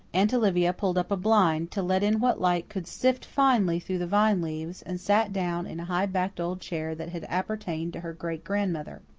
aunt olivia pulled up a blind, to let in what light could sift finely through the vine leaves, and sat down in a high-backed old chair that had appertained to her great-grandmother.